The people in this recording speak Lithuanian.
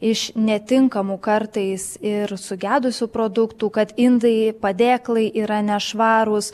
iš netinkamų kartais ir sugedusių produktų kad indai padėklai yra nešvarūs